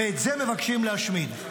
ואת זה מבקשים להשמיד.